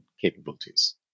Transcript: capabilities